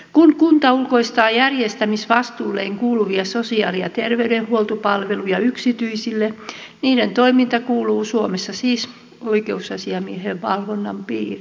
kun kunta ulkoistaa järjestämisvastuulleen kuuluvia sosiaali ja terveydenhuoltopalveluja yksityisille niiden toiminta kuuluu suomessa siis oi keusasiamiehen valvonnan piiriin